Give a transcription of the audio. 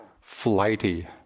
flighty